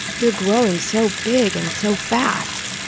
you're growing so big and so fast.